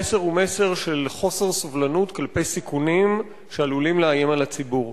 המסר הוא מסר של חוסר סובלנות כלפי סיכונים שעלולים לאיים על הציבור.